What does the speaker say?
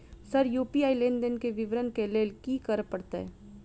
Sir UPI लेनदेन केँ विवरण केँ लेल की करऽ परतै?